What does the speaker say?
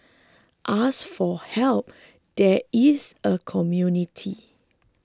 ask for help there is a community